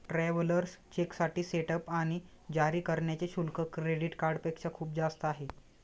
travellers चेकसाठी setup आणि जारी करण्याचे शुल्क क्रेडिट कार्डपेक्षा खूप जास्त आहे